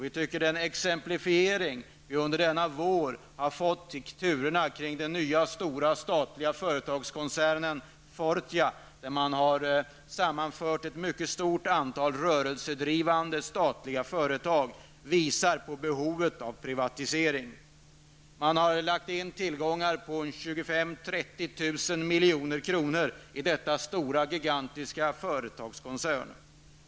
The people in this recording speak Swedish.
Vi tycker att den exemplifiering vi under denna vår har fått av turerna kring den nya stora statliga företagskoncernen Fortia, där man har sammanfört ett mycket stort antal rörelsedrivande statliga företag, visar behovet av privatisering. Man har lagt in tillgångar på 25 000--30 000 milj.kr. i denna gigantiska företagskoncern.